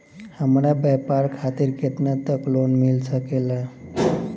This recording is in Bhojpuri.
हमरा व्यापार खातिर केतना तक लोन मिल सकेला?